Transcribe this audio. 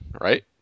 right